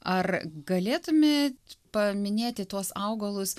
ar galėtumėt paminėti tuos augalus